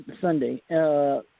Sunday